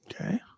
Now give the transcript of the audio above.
Okay